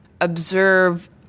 observe